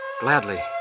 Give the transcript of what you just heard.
gladly